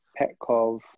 petkov